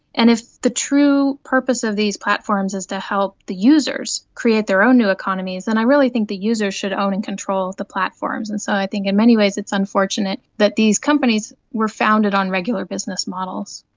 and if the true purpose of these platforms is to help the users create their own new economies, then and i really think the users should own and control the platforms. and so i think in many ways it's unfortunate that these companies were founded on regular business models.